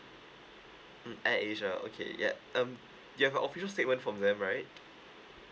mm AirAsia okay ya um you have a official statement from them right